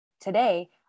Today